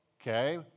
okay